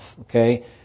Okay